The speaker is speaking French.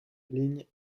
ligne